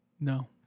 No